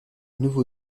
nouveau